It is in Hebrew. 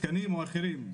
תקנים או דברים אחרים,